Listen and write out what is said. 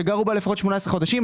שהם גרו בה לפחות כ-18 חודשים.